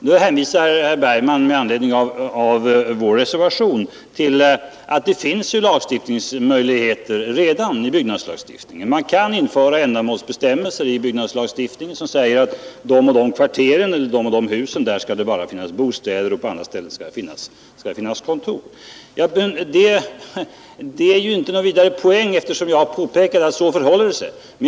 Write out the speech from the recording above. Med anledning av vår reservation hänvisar herr Bergman till att det i byggnadslagstiftningen redan finns medel mot den. Man kan införa ändamålsbestämmelser som säger att i de och de kvarteren eller i de och de husen skall bara finnas bostäder och på andra ställen skall det finnas kontor. Men det är ingen vidare poäng i att anföra det, eftersom jag redan har påpekat att det förhåller sig så.